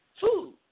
Food